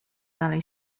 dalej